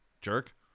Jerk